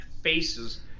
faces